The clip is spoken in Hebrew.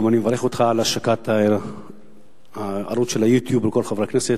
גם אני מברך אותך על השקת ערוץ ה-YouTube לכל חברי הכנסת.